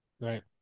Right